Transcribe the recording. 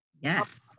yes